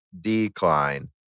decline